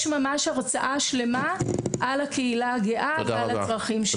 יש הרצאה שלמה על הקהילה הגאה ועל הצרכים שלה.